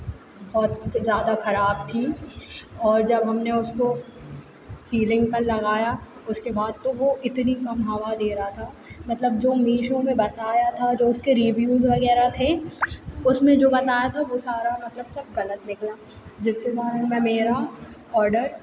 बहुत ज़्यादा खराब थी और जब हमने उसको सीलिंग पर लगाया उसके बाद तो वो इतनी कम हवा दे रहा था मतलब जो मीशो में बताया था जो उसके रिव्यूज़ वगैरह थे उसमें जो बताया था वो सारा मतलब सब ग़लत निकला जिसके बाद मैं मेरा ऑर्डर